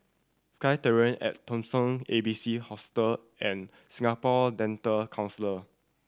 SkyTerrace at Dawson A B C Hostel and Singapore Dental